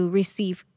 receive